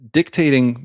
dictating